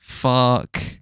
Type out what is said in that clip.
fuck